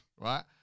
right